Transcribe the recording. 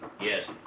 yes